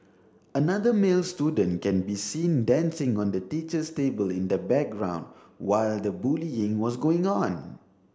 another male student can be seen dancing on the teacher's table in the background while the bullying was going on